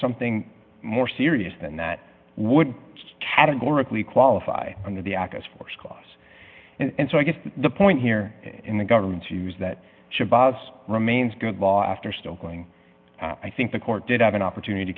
something more serious than that would categorically qualify under the act as force clause and so i guess the point here in the government's use that should boss remains good law after still going i think the court did have an opportunity to